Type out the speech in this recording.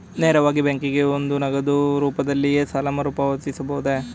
ನೇರವಾಗಿ ಬ್ಯಾಂಕಿಗೆ ಬಂದು ನಗದು ರೂಪದಲ್ಲೇ ಸಾಲ ಮರುಪಾವತಿಸಬಹುದೇ?